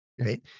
Right